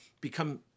become